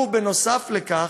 ובנוסף לכך,